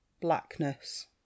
blackness